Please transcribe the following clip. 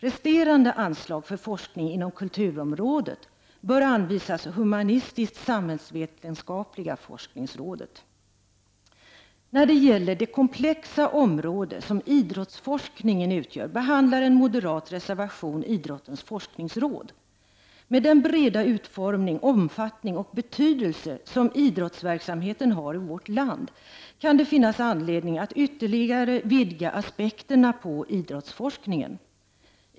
Resterande anslag för forskning inom kulturområdet bör anvisas humanistisk-samhällsvetenskapliga forskningsrådet. När det gäller det komplexa område som idrottsforskningen utgör be handlar en moderat reservation Idrottens forskningsråd. Med den breda utformning, omfattning och betydelse som idrottsverksamheten har i vårt land kan det finnas anledning att ytterligare vidga aspekterna på idrottsforskningen.